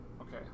Okay